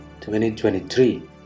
2023